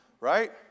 Right